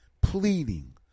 pleading